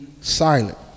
silent